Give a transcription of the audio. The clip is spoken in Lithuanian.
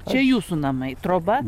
čia jūsų namai troba